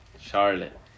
Charlotte